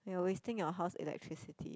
you're wasting your house electricity